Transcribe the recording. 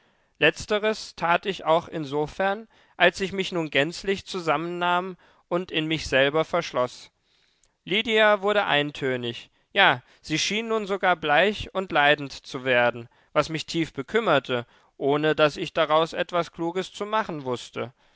letzteres tat ich auch insofern als ich mich nun gänzlich zusammennahm und in mich selber verschloß lydia wurde eintönig ja sie schien nun sogar bleich und leidend zu werden was mich tief bekümmerte ohne daß ich daraus etwas kluges zu machen wußte